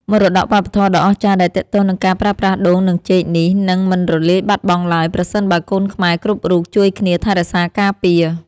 មរតកវប្បធម៌ដ៏អស្ចារ្យដែលទាក់ទងនឹងការប្រើប្រាស់ដូង និងចេកនេះនឹងមិនរលាយបាត់បង់ឡើយប្រសិនបើកូនខ្មែរគ្រប់រូបជួយគ្នាថែរក្សាការពារ។